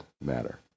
matter